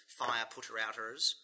fire-putter-outers